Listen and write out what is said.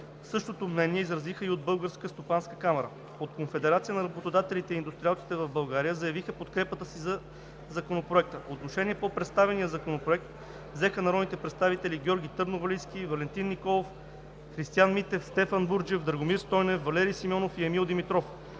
Същото мнение изразиха и от Българската стопанска камара. От Конфедерацията на работодателите и индустриалците в България заявиха подкрепата си за Законопроекта. Отношение по представения законопроект взеха народните представители: Георги Търновалийски, Валентин Николов, Христиан Митев, Стефан Бурджев, Драгомир Стойнев, Валери Симеонов и Емил Димитров.